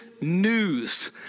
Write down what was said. news